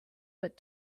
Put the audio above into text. but